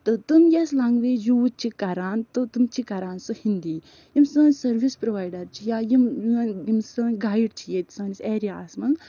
تہٕ تِم یۄس لَنٛگویج یوٗز چھِ کَران تہٕ تِم چھِ کَران سٔہ ہینٛدی یِم سٲنۍ سٔروِس پرٛوایڈَر چھِ یا یِم سٲنۍ گایِڈ چھِ ییٚتہِ سٲنِس ایرِیاہَس منٛز